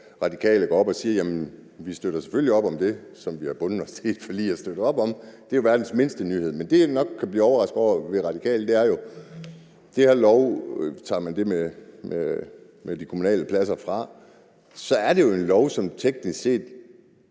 Radikale går op og siger: Vi støtter selvfølgelig op om det, vi har bundet os til i forliget at støtte op om. Det er verdens mindste nyhed. Men det, jeg nok kan blive overrasket over ved Radikale, er, at hvis man tager det med de kommunale pladser fra , er det jo en lov, som teknisk set